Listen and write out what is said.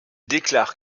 déclare